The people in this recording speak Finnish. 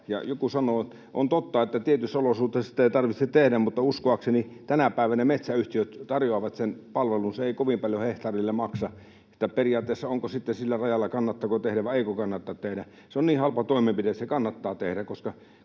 Joku sanoi ja on totta, että tietyissä olosuhteissa sitä ei tarvitse tehdä, mutta uskoakseni tänä päivänä metsäyhtiöt tarjoavat sen palvelun. Se ei kovin paljon hehtaarille maksa, eli periaatteessa onko se sitten sillä rajalla, kannattaako tehdä vai eikö kannata tehdä. Se on niin halpa toimenpide, että se kannattaa tehdä, koska